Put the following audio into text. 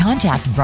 Contact